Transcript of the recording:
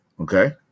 Okay